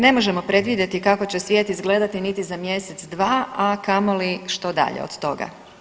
Ne možemo predvidjeti kako će svijet izgledat niti za mjesec, dva, a kamoli što dalje od toga.